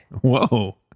Whoa